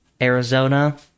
Arizona